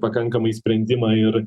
pakankamai sprendimą ir